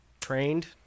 trained